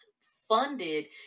funded